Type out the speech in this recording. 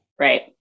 Right